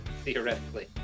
theoretically